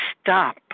stop